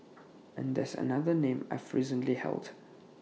and that's another name I've recently held